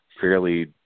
fairly